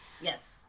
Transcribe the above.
Yes